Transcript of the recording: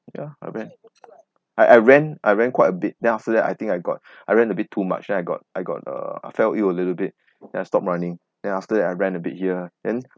ya I ran I I ran I ran quite a bit then after that I think I got I ran a bit too much then I got I got uh I felt ill a little bit then I stop running then after that I ran a bit here and